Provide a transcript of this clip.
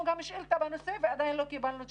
שאילתה בנושא ועדיין לא קיבלנו תשובה.